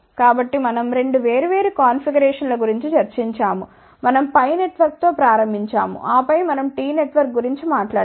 కాబట్టి మనం 2 వేర్వేరు కాన్ఫిగరేషన్ల గురించి చర్చించాము మనం π నెట్వర్క్తో ప్రారంభించాము ఆపై మనం T నెట్వర్క్ గురించి మాట్లాడాము